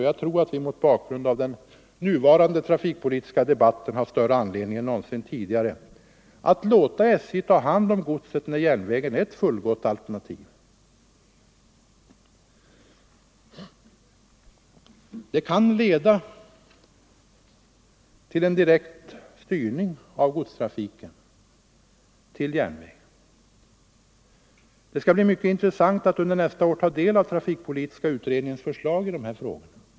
Jag tror att vi mot bakgrund av den nuvarande trafikpolitiska debatten har större anledning än någonsin tidigare att låta SJ ta hand om godset när järnvägen är ett fullgott alternativ. Det kan leda till en direkt styrning av godstrafiken till järnväg. Det skall bli mycket intressant att under nästa år ta del av trafikpolitiska utredningens förslag i dessa frågor.